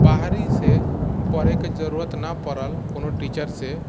बाहरीसँ पढ़ैके जरूरत नहि पड़ल कोनो टीचरसँ